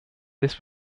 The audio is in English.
this